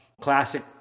classic